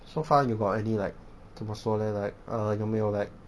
so far you got any like 怎么说 leh like err 有没有 like